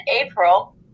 April